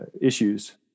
issues